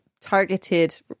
targeted